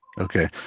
Okay